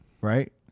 right